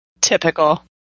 Typical